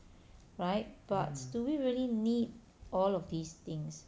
right but do we really need all of these things